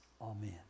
Amen